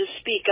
speak